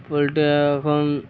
poultry এখন